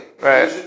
Right